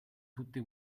tutte